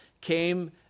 came